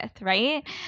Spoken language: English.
Right